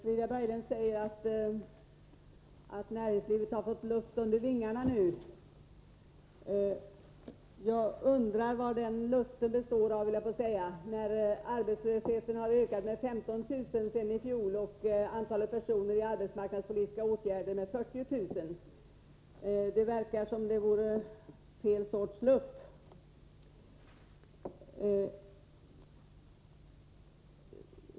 Herr talman! Frida Berglund säger att näringslivet har fått luft under vingarna nu. Jag undrar vad den luften består av, när arbetslösheten har ökat med 15 000 sedan i fjol och antalet personer i arbetsmarknadspolitiska åtgärder är 40 000. Det verkar som om det var fel sorts luft.